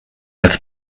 als